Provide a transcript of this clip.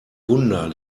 wunder